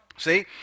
See